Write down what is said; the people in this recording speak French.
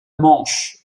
manche